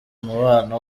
umubano